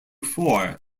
four